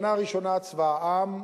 שנה ראשונה, צבא העם,